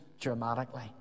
dramatically